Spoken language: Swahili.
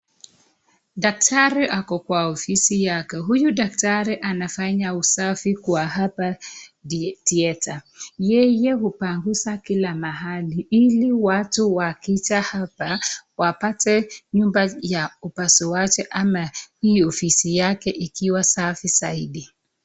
Daktari ako kwa ofisi yake. Huyu daktari anafanya usafi kwa hapa theatre . Yeye hupangusa kila mahali, ili watu wakija hapa wapate nyumba ya upasuaji ama hii ofisi yake ikiwa safi zaidi.